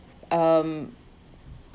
um